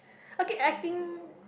okay I think